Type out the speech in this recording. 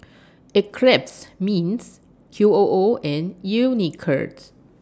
Eclipse Mints Q O O and Unicurd